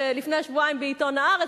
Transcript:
לפני שבועיים בעיתון "הארץ",